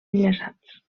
enllaçats